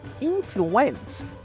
influence